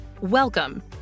Welcome